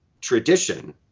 tradition